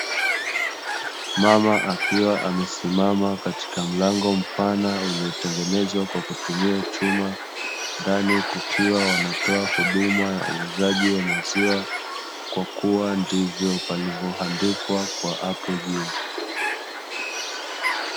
Mama akiwa amesimama katika mlango mpana uliotengenezwa kwa kutumia chuma, ndani kukiwa wanatoa huduma ya uuzaji wa maziwa kwa kuwa ndivyo palivyoandikwa kwa hapo juu .